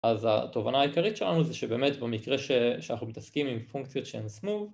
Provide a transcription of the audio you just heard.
אז התובנה העיקרית שלנו זה שבאמת במקרה שאנחנו מתעסקים עם פונקציות שהן smooth